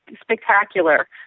spectacular